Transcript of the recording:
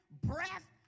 breath